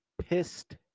pissed